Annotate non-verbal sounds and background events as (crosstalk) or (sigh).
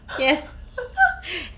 (laughs)